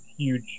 Huge